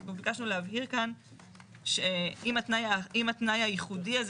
אנחנו ביקשנו להבהיר כאן שאם התנאי הייחודי הזה